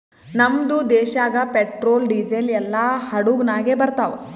ನಮ್ದು ದೇಶಾಗ್ petrol, diesel ಎಲ್ಲಾ ಹಡುಗ್ ನಾಗೆ ಬರ್ತಾವ್